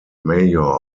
mayor